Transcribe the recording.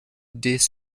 des